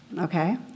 Okay